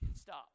Stop